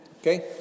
Okay